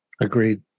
Agreed